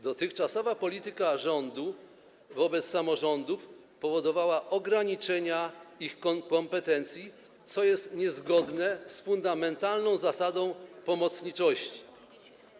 Dotychczasowa polityka rządu wobec samorządów powodowała ograniczenia ich kompetencji, co jest niezgodne z fundamentalną zasadą pomocniczości.